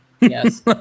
Yes